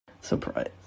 Surprise